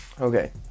Okay